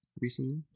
recently